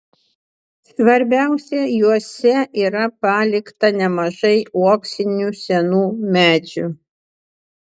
svarbiausia juose yra palikta nemažai uoksinių senų medžių